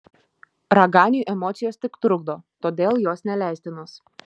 raganiui emocijos tik trukdo todėl jos neleistinos